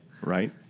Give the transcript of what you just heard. Right